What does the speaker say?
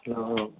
hello